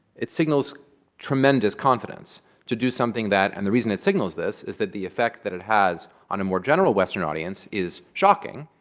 it signals tremendous confidence to do something that and the reason it signals this, is that the effect that it has on a more general western audience is shocking.